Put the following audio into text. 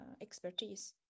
expertise